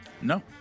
No